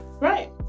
Right